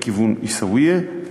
לכיוון עיסאוויה.